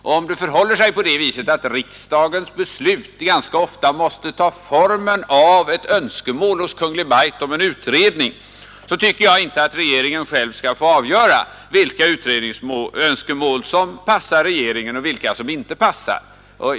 Och om nu riksdagens beslut ganska ofta måste ta formen av ett till Kungl. Maj:t framfört önskemål om en utredning, så tycker jag inte att regeringen själv skall få avgöra vilka utredningsönskemål som passar och vilka som inte passar.